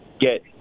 get